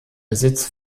besitz